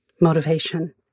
motivation